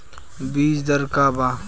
बीज दर का वा?